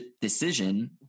decision